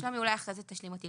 ושלומי אולי אחרי זה תשלים אותי.